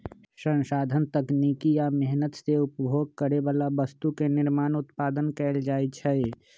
संसाधन तकनीकी आ मेहनत से उपभोग करे बला वस्तु के निर्माण उत्पादन कएल जाइ छइ